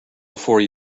before